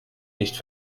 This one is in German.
nicht